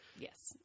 Yes